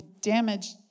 damaged